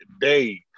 day